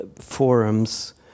forums